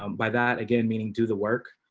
um by that, again, meaning do the work.